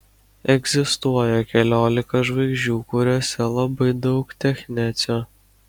egzistuoja keliolika žvaigždžių kuriose labai daug technecio